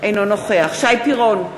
אינו נוכח שי פירון,